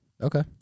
Okay